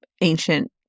ancient